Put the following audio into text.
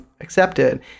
accepted